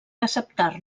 acceptar